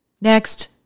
Next